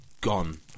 gone